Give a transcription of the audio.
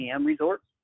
resorts